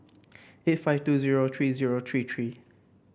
eight five two zero three zero three three